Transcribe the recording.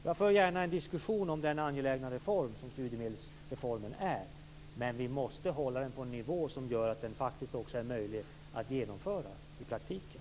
Jag för gärna en diskussion om den angelägna reform som studiemedelsreformen är. Men vi måste hålla den på en nivå som gör att det faktiskt också är möjligt att genomföra det här i praktiken.